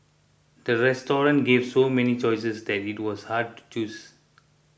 the restaurant gave so many choices that it was hard to choose